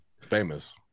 Famous